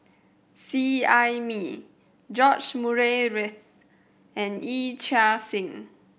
Seet Ai Mee George Murray Reith and Yee Chia Hsing